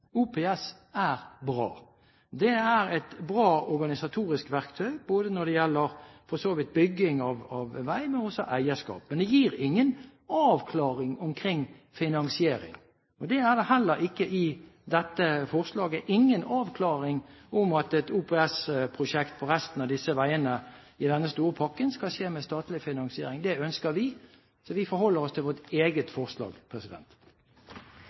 OPS. OPS er bra. Det er et bra organisatorisk verktøy når det gjelder bygging av vei, men også når det gjelder eierskap. Men det gir ingen avklaring om finansiering. I dette forslaget er det heller ingen avklaring av om et OPS-prosjekt på resten av disse veiene i denne store pakken skal skje med statlig finansiering. Det ønsker vi, så vi forholder oss til vårt eget forslag.